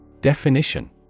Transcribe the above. Definition